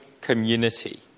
community